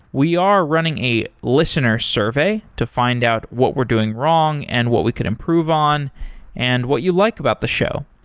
we are running a listener survey to find out what we're doing wrong and what we can improve on and what you like about the show.